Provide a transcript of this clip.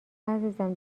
عزیزم